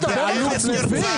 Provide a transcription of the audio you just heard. אתה מדבר על חצופים?